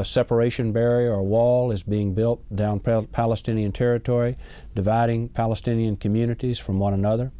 basic separation barrier wall is being built the palestinian territory dividing palestinian communities from one another